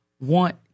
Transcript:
want